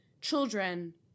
children